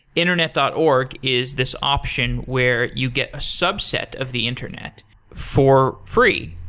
internet dot org is this option where you get a subset of the internet for free.